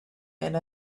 and